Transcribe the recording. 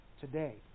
today